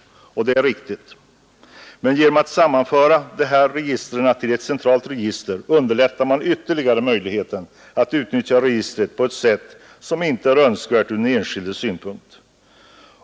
Detta är riktigt. Men genom att sammanföra dessa register till ett centralt register underlättar man ytterligare möjligheten att utnyttja registret på ett sätt som icke är önskvärt ur den enskildes synpunkt.